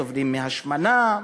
סובלים מהשמנה,